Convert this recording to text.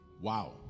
Wow